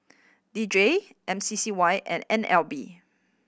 D J M C C Y and N L B